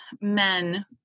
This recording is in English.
men